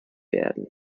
werden